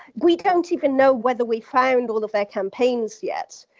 we don't even know whether we found all of their campaigns yet,